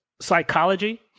psychology